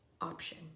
option